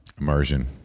Immersion